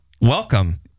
Welcome